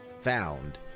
found